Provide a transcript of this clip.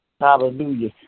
Hallelujah